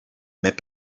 mais